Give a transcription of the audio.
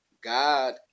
god